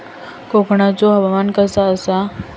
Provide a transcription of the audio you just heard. कोकनचो हवामान कसा आसा?